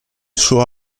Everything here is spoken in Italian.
suo